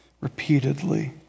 repeatedly